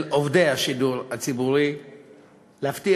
של עובדי השידור הציבורי להבטיח